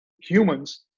humans